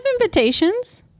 invitations